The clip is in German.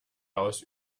aus